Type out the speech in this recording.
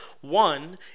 one